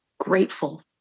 Grateful